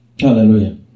Hallelujah